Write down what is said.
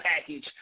package